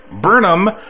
Burnham